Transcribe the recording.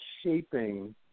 shaping